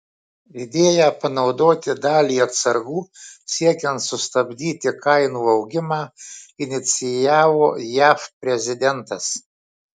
idėją panaudoti dalį atsargų siekiant sustabdyti kainų augimą inicijavo jav prezidentas